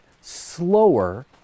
slower